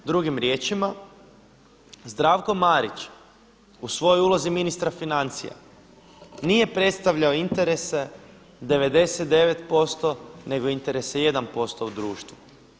Drugim riječima, Zdravko Marić u svojoj ulozi ministra financija, nije predstavljao interese 99% nego interese 1% u društvu.